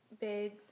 big